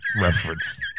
reference